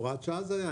הוראת שעה זה היה,